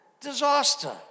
Disaster